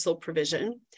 provision